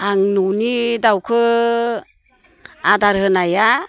आं न'नि दाउखौ आदार होनाया